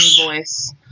voice